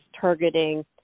targeting